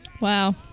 Wow